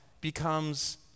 becomes